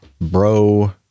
Bro